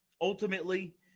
Ultimately